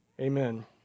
Amen